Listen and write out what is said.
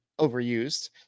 overused